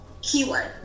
keyword